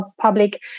public